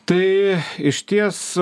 tai išties